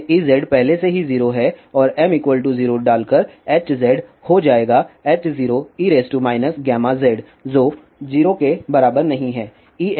इसमें Ez पहले से ही 0 हैं और m 0 डालकर Hz हो जाएगा H0e γz जो 0 के बराबर नहीं है